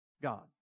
God